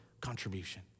contribution